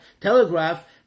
telegraph